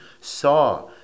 saw